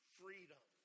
freedom